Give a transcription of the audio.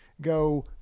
go